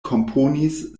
komponis